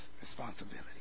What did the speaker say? responsibility